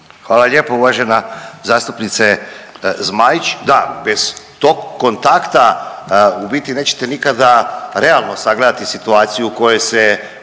Hvala lijepo uvažena zastupnice Zmaić. Da, bez tog kontakta u biti nećete nikada realno sagledati situaciju u kojoj se